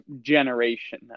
generation